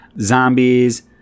zombies